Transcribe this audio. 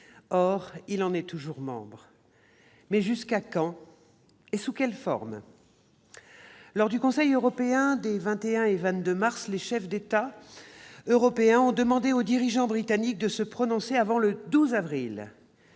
Or il en est toujours membre ; mais jusqu'à quand, et sous quelle forme ? Lors du Conseil européen des 21 et 22 mars 2019, les chefs d'État européens ont demandé aux dirigeants britanniques de se prononcer avant le 12 avril.